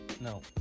No